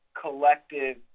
collective